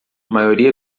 maioria